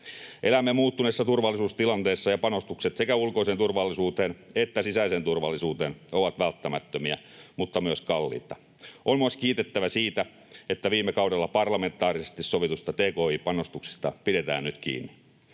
Elämme muuttuneessa turvallisuustilanteessa, ja panostukset sekä ulkoiseen turvallisuuteen että sisäiseen turvallisuuteen ovat välttämättömiä, mutta myös kalliita. On myös kiitettävä siitä, että viime kaudella parlamentaarisesti sovituista tki-panostuksista pidetään nyt kiinni.